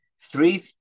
three